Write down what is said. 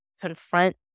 confront